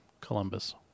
Columbus